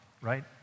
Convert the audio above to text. right